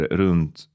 runt